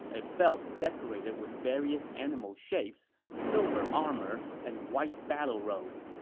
a belt decorated with various animal shapes, silver armor, and white battle robe.